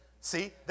See